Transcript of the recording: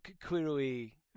clearly